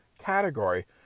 category